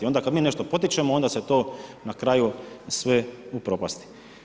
I onda kada mi nešto potičemo onda se to na kraju sve upropasti.